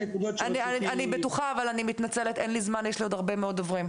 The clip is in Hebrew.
אני מתנצלת, אין לי זמן ויש הרבה מאוד דוברים.